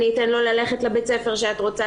אני אתן לו ללכת לבית הספר שאת רוצה,